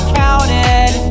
counted